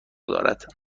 دارد